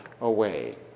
away